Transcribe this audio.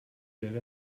wäre